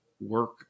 work